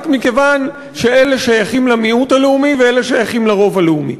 רק מכיוון שאלה שייכים למיעוט הלאומי ואלה שייכים לרוב הלאומי?